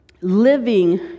living